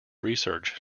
research